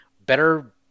better